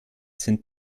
sind